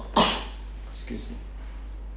excuse me